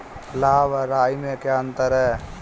लाह व राई में क्या अंतर है?